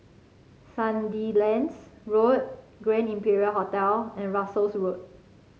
Sandilands Road Grand Imperial Hotel and Russels Road